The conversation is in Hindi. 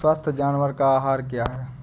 स्वस्थ जानवर का आहार क्या है?